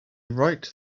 right